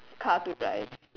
a car to drive